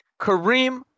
Kareem